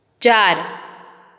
चार